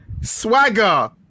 Swagger